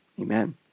Amen